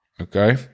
okay